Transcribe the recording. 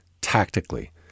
tactically